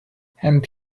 and